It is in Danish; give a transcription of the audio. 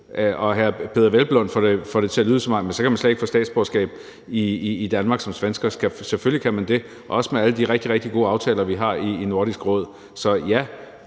Hr. Peder Hvelplund får det til at lyde, som om man så slet ikke kan få statsborgerskab i Danmark som svensker. Selvfølgelig kan man det – også med alle de rigtig, rigtig gode aftaler, vi har i Nordisk Råd. Så ja,